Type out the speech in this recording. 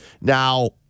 Now